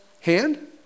hand